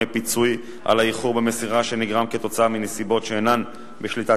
פיצוי על האיחור במסירה שנגרם כתוצאה מנסיבות שאינן בשליטת